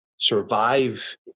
survive